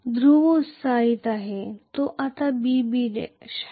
ध्रुव excited आहे जो आता B B' आहे